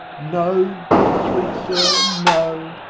no, good sweet sir no,